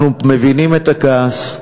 אנחנו מבינים את הכעס,